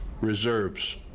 reserves